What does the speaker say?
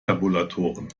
tabulatoren